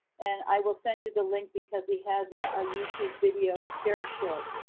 and i will send you the link because he has a ah youtube video and it's very short.